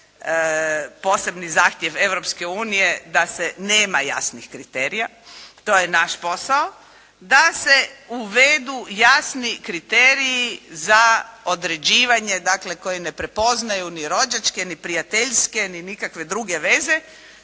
posebni zahtjev Europske unije da se nema jasnih kriterija, to je naš posao, da se uvedu jasni kriteriji za određivanje dakle koji ne prepoznaju ni rođačke ni prijateljske ni nikakve druge veze,